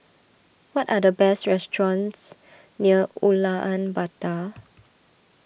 what are the best restaurants near Ulaanbaatar